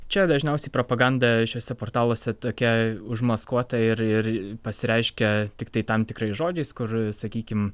čia dažniausiai propaganda šiuose portaluose tokia užmaskuota ir ir pasireiškia tiktai tam tikrais žodžiais kur sakykim